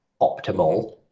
optimal